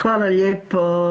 Hvala lijepo.